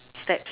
steps